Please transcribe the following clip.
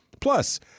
Plus